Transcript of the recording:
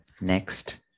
next